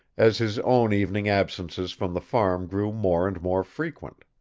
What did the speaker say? as his own evening absences from the farm grew more and more frequent.